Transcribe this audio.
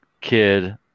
kid